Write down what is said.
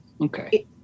Okay